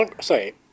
Sorry